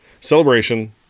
Celebration